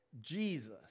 Jesus